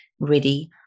ready